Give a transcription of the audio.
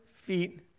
feet